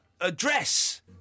address